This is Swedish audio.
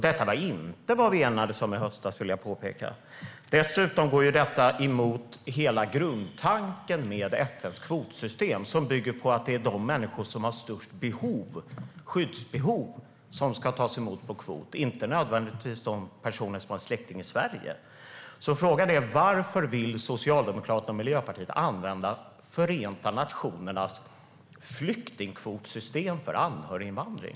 Detta var inte vad vi enades om i höstas, vill jag påpeka. Dessutom går det emot hela grundtanken med FN:s kvotsystem, som bygger på att det är de människor med störst skyddsbehov som ska tas emot på kvot och inte nödvändigtvis de personer som har en släkting i Sverige. Frågan är därför: Varför vill Socialdemokraterna och Miljöpartiet använda Förenta nationernas flyktingkvotsystem för anhöriginvandring?